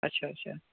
اچھا اچھا